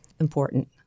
important